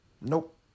Nope